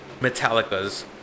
Metallica's